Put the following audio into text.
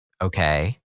Okay